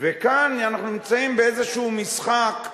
וכאן אנחנו נמצאים באיזשהו משחק,